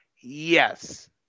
Yes